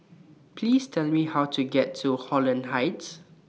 Please Tell Me How to get to Holland Heights